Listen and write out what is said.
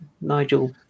Nigel